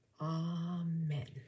Amen